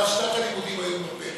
אבל שנת הלימודים היום בפתח,